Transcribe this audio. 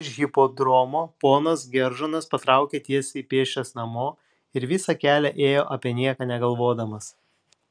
iš hipodromo ponas geržonas patraukė tiesiai pėsčias namo ir visą kelią ėjo apie nieką negalvodamas